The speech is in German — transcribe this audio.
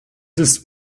ist